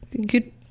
good